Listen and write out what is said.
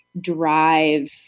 drive